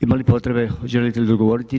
Ima li potrebe, želite li govoriti?